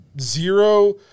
zero